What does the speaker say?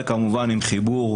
וכמובן עם חיבור